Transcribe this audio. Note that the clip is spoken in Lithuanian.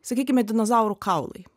sakykime dinozaurų kaulai